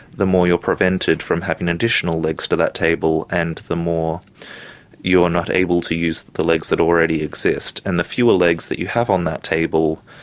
the more you are prevented from having additional legs to that table, and the more you are not able to use the legs that already exist. and the fewer legs that you have on that table,